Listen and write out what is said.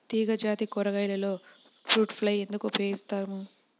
తీగజాతి కూరగాయలలో fruit fly ఎందుకు ఉపయోగిస్తాము?